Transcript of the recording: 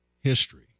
history